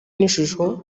n’ishusho